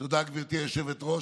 תודה, גברתי היושבת-ראש.